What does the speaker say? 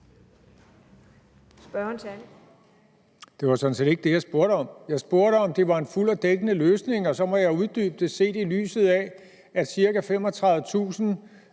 Det var sådan set ikke det, jeg spurgte om. Jeg spurgte, om det var en fuld og dækkende løsning, og så må jeg jo uddybe det. Set i lyset af, at ca. 35.000